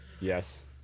Yes